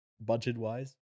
budget-wise